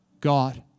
God